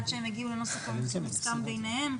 עד שהם הגיעו לנוסח המוסכם ביניהם.